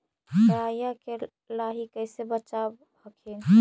राईया के लाहि कैसे बचाब हखिन?